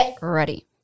ready